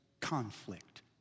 conflict